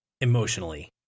emotionally